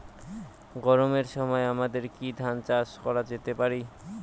গরমের সময় আমাদের কি ধান চাষ করা যেতে পারি?